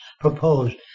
proposed